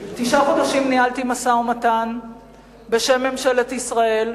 תשעה חודשים ניהלתי משא-ומתן בשם ממשלת ישראל,